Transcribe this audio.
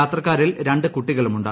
യാത്രക്കാരിൽ രണ്ടു കുട്ടികളുമുണ്ട്